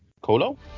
colo